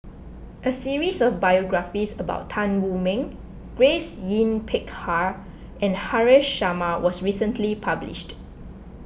a series of biographies about Tan Wu Meng Grace Yin Peck Ha and Haresh Sharma was recently published